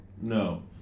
No